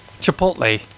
Chipotle